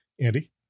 Andy